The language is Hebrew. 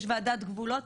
יש ועדת גבולות.